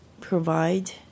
provide